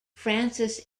frances